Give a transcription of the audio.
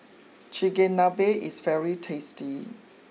Chigenabe is very tasty